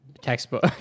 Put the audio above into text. textbook